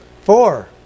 Four